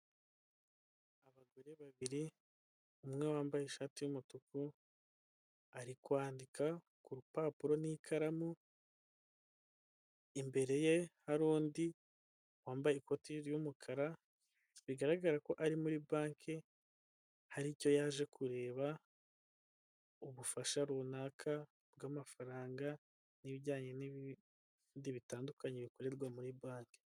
Abagore babiri umwe wambaye ishati y'umutuku ari kwandika ku rupapuro n'ikaramu, imbere ye hari undi wambaye ikoti ry'umukara bigaragara ko ari muri banke hari icyo yaje kureba, ubufasha runaka bw'amafaranga n'ibijyanye n'ibindi bitandukanye bikorerwa muri banke.